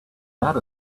that